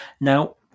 Now